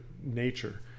nature